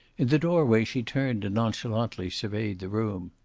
in the doorway she turned and nonchalantly surveyed the room.